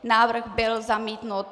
Návrh byl zamítnut.